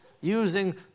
using